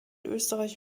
österreich